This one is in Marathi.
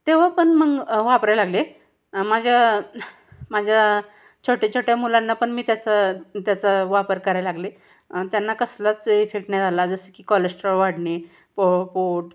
तेव्हा पण मग वापरायला लागले माझ्या माझ्या छोट्या छोट्या मुलांना पण मी त्याचा त्याचा वापर करायला लागले त्यांना कसलाच इफेक्ट नाही झाला जसं की कॉलेश्ट्रॉ वाढणे पो पोट